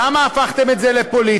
למה הפכתם את זה לפוליטי?